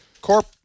corp